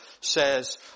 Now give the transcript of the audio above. says